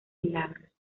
milagros